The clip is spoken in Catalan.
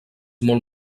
molt